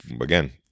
again